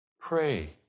pray